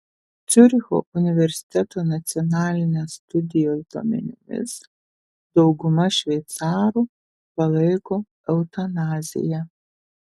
ciuricho universiteto nacionalinės studijos duomenimis dauguma šveicarų palaiko eutanaziją